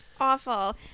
awful